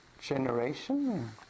generation